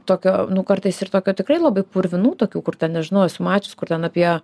tokio nu kartais ir tokio tikrai labai purvinų tokių kur nežinau esu mačius kur ten apie